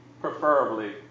preferably